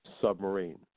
submarine